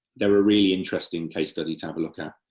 they are a really interesting case study to have a look at.